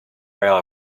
while